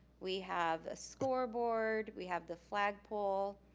we have a scoreboard, we have the flagpole,